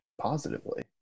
positively